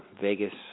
Vegas